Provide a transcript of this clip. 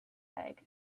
eggs